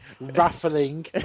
raffling